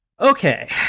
Okay